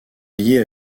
lié